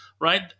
right